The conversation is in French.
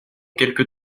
quelques